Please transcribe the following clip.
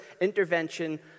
intervention